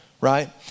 right